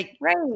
Right